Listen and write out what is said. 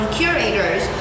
curators